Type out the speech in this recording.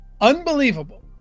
Unbelievable